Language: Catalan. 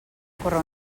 córrer